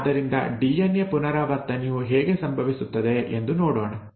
ಆದ್ದರಿಂದ ಡಿಎನ್ಎ ಪುನರಾವರ್ತನೆಯು ಹೇಗೆ ಸಂಭವಿಸುತ್ತದೆ ಎಂದು ನೋಡೋಣ